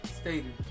stated